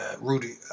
Rudy